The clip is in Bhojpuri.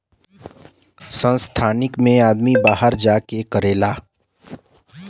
संस्थानिक मे आदमी बाहर जा के करेला